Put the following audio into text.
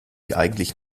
eigentlich